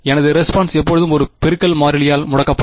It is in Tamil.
எனது ரெஸ்பான்ஸ் எப்போதும் ஒரு பெருக்கல் மாறிலியால் முடக்கப்படும்